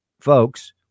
folks